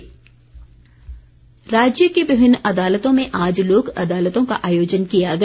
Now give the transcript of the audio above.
लोक अदालत राज्य की विभिन्न अदालतों में आज लोक अदालतों का आयोजन किया गया